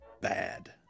bad